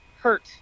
hurt